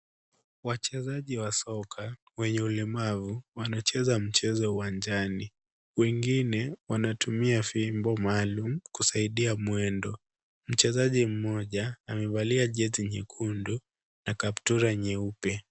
Wachezaji wa soka wenye ulemavu wanacheza mchezo uwanjani. Wengine wanatumia fimbo maalum kusaidia mwendo. Mchezaji mmoja amevalia jezi nyekundu na kaptula nyeupe.